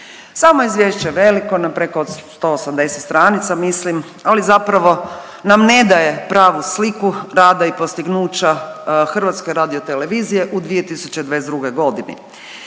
Samo izvješće je veliko na preko od 180 stranica mislim, ali zapravo nam ne daje pravu sliku rada i postignuća HRT-a u 2022. godini.